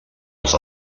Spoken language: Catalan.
els